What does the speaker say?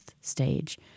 stage